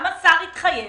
השר התחייב